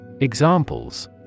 Examples